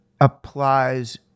applies